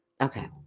Okay